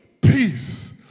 Peace